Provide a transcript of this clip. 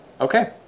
Okay